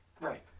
Right